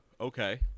Okay